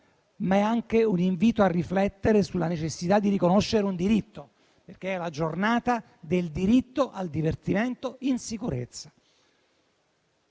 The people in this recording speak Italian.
ma è anche un invito a riflettere sulla necessità di riconoscere un diritto, perché è la Giornata del diritto al divertimento in sicurezza.